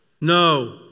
No